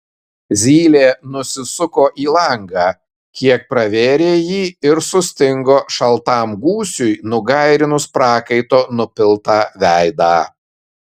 zylė nusisuko į langą kiek pravėrė jį ir sustingo šaltam gūsiui nugairinus prakaito nupiltą veidą